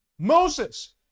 Moses